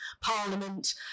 parliament